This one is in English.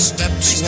Steps